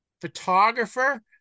photographer